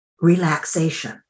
relaxation